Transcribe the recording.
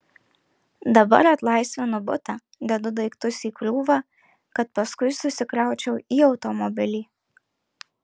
dabar atlaisvinu butą dedu daiktus į krūvą kad paskui susikraučiau į automobilį